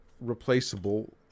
replaceable